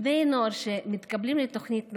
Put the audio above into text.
בני נוער שמתקבלים לתוכנית נעל"ה,